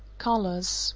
colors.